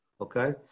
Okay